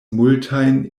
multajn